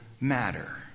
matter